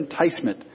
enticement